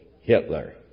Hitler